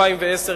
2010,